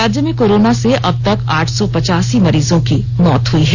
राज्य में कोरोना से अब तक आठ सौ पचासी मरीजों की मौत हुई है